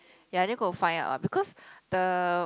ya then go and find out ah because the